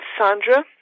Sandra